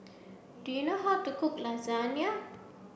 do you know how to cook Lasagna